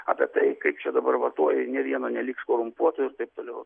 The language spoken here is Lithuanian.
apie tai kaip čia dabar va tuoj nė vieno neliks korumpuotų ir taip toliau